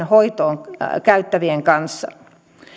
hoitoon käyttävien kanssa